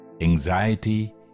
anxiety